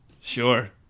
Sure